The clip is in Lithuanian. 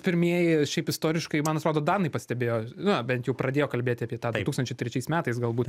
pirmieji šiaip istoriškai man atrodo danai pastebėjo na bent jau pradėjo kalbėti apie tą tūkstančiai trečiais metais galbūt